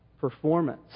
performance